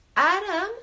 Adam